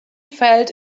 felt